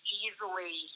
easily